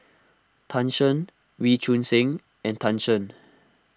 Tan Shen Wee Choon Seng and Tan Shen